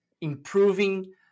improving